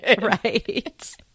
right